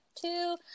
two